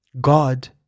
God